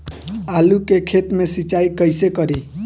आलू के खेत मे सिचाई कइसे करीं?